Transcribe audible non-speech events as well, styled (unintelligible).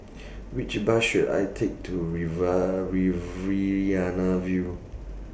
Which Bus should I Take to River (unintelligible) View